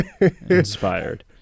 inspired